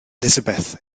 elizabeth